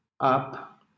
up